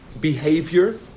behavior